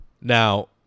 now